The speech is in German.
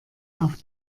auf